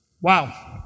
Wow